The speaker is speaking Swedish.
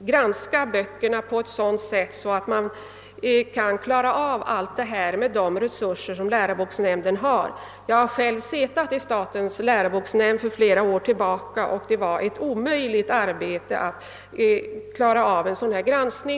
granska böckerna på ett sådant sätt, att den kan klara av alla dessa frågor med de resurser nämnden nu har. Jag har själv för flera år sedan suttit i statens läroboksnämnd och jag fann en sådan granskning vara en omöjlig uppgift.